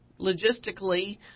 logistically